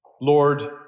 Lord